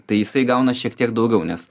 tai jisai gauna šiek tiek daugiau nes